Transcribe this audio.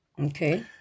okay